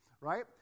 right